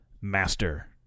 master